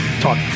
Talk